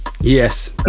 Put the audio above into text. Yes